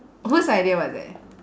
whose idea was that